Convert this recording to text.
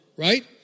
Right